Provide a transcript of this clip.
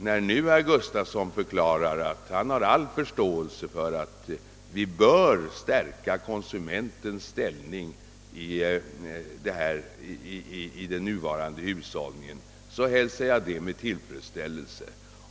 När nu herr Gustafson i Göteborg förklarar att han har all förståelse för att vi bör stärka konsumentens ställning i den nuvarande hushållningen hälsar jag det med tillfredsställelse.